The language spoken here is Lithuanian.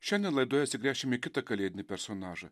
šiandien laidoje atsigręšime į kitą kalėdinį personažą